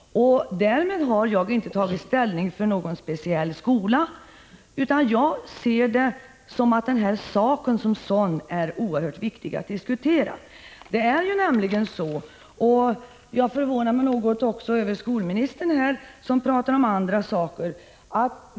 Därmed har jag inte tagit ställning för någon speciell skola. Jag anser att saken som sådan är oerhört viktig att diskutera. Jag förvånas även något över skolministern, som talar om andra saker.